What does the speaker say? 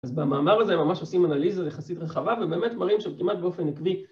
אז במאמר הזה הם ממש עושים אנליזה יחסית רחבה ובאמת מראים שם כמעט באופן עקבי.